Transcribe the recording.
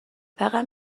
فقط